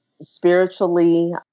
spiritually